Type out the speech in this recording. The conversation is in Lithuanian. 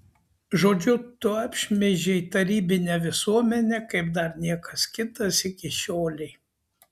žodžiu tu apšmeižei tarybinę visuomenę kaip dar niekas kitas iki šiolei